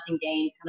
gain